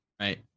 right